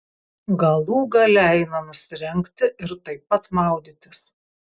galų gale eina nusirengti ir taip pat maudytis